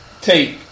take